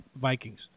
Vikings